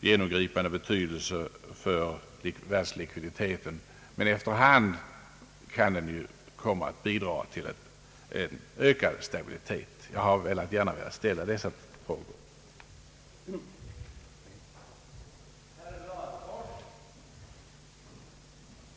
genomgripande betydelse för världslikviditeten, men efter hand kan den komma att bidra till en ökad likviditet och en ökad stabilitet. Det var dessa frågor jag gärna ville ställa.